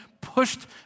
pushed